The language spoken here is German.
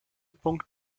punkt